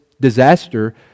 disaster